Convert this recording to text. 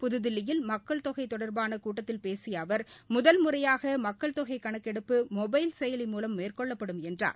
புதுதில்லியில் மக்கள் தொகை தொடர்பான கூட்டத்தில் பேசிய அவர் முதல் முறையாக மக்கள்தொகை கண்க்கெடுப்பு மொபைல் செயலி மூலம் மேற்கொள்ளப்படும் என்றார்